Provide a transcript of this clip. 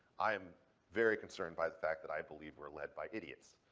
i am very concerned by the fact that i believe we're led by idiots,